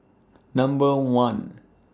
Number one